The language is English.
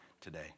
today